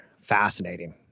Fascinating